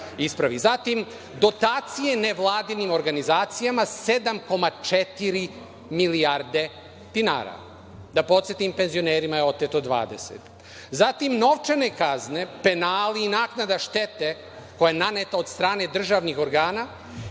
Zatim, dotacije nevladinim organizacijama, 7,4 milijarde dinara. Da podsetim penzionerima je oteto 20. Zatim, novčane kazne, penali i naknada štete koja je naneta od strane državnih organa